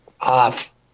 off